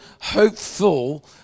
hopeful